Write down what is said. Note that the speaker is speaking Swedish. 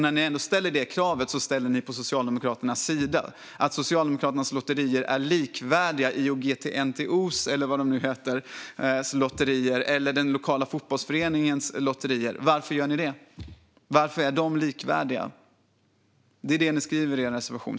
När ni ändå ställer det kravet ställer ni er på Socialdemokraternas sida och menar att Socialdemokraternas lotterier är likvärdiga med IOGT-NTO:s lotterier och den lokala fotbollsföreningens lotterier. Varför gör ni det? Varför är de likvärdiga? Det är det ni skriver i er reservation.